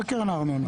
מה קרן הארנונה?